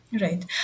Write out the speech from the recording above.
right